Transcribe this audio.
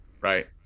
right